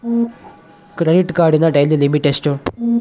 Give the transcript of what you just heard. Credit ಕಾರ್ಡಿನ daily limit ಎಷ್ಟು?